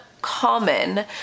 Common